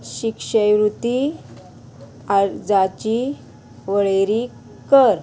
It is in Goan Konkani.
शिक्षवृत्ती आर्जाची वळेरी कर